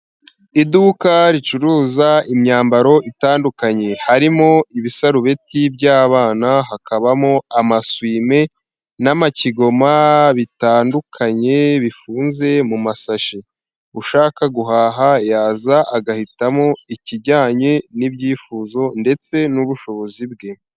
Iduka ricuruza imyambaro itandukanye. Harimo ibisarubeti by'abana, hakabamo amasume n'amakigoma bitandukanye bifunze mu mashashi. Ushaka guhaha yaza agahitamo ikijyanye n'ibyifuzo, ndetse n'ubushobozi bwe.